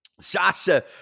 Sasha